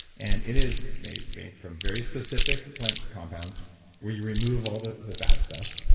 and it is made made from very specific plant compounds where you remove all the the bad stuff.